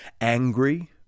angry